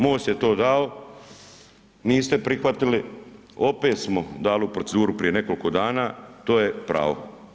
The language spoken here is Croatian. MOST je to dao, niste prihvatili, opet smo dali u proceduru prije nekoliko dana, to je pravo.